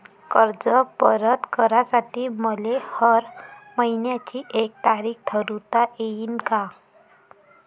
कर्ज परत करासाठी मले हर मइन्याची एक तारीख ठरुता येईन का?